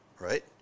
right